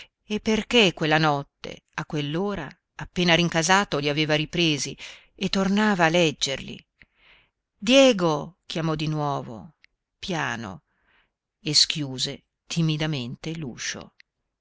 e perché quella notte a quell'ora appena rincasato li aveva ripresi e tornava a leggerli diego chiamò di nuovo piano e schiuse timidamente